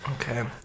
Okay